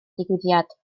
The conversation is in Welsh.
digwyddiad